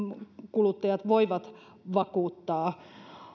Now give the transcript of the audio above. kuluttajat voivat vakuuttaa